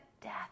death